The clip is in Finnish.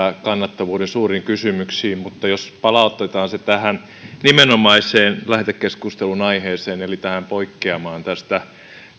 kannattavuuden suuriin kysymyksiin mutta jospa palautetaan se tähän nimenomaiseen lähetekeskustelun aiheeseen eli tähän poikkeamaan tästä